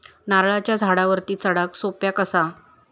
नारळाच्या झाडावरती चडाक सोप्या कसा?